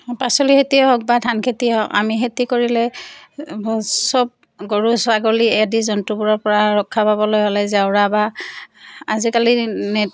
পাচলি খেতিয়ে হওক বা ধান খেতিয়ে হওক আমি খেতি কৰিলে চব গৰু ছাগলী আদি জন্তুবোৰৰপৰা ৰক্ষা পাবলৈ হ'লে জেওৰা বা আজিকালি নেট